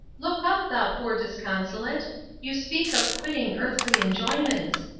look up, thou poor disconsolate you speak of quitting earthly enjoyments.